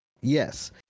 Yes